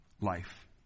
Life